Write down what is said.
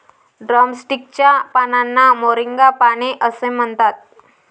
drumstick च्या पानांना moringa पाने असेही म्हणतात